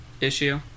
issue